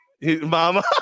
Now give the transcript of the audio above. Mama